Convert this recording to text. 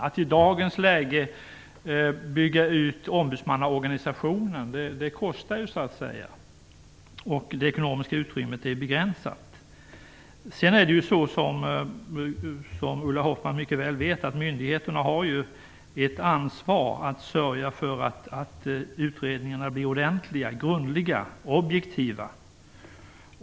Att i dagens läge bygga ut ombudsmannaorganisationen kostar, och det ekonomiska utrymmet är begränsat. Som Ulla Hoffmann mycket väl vet har myndigheterna ett ansvar att sörja för att utredningarna blir ordentliga, grundliga och objektiva.